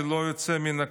ללא יוצא מן הכלל,